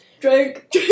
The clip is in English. Drake